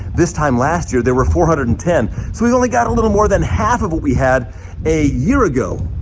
this time last year, there were four hundred and ten. so we've only got a little more than half of what we had a year ago.